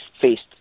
faced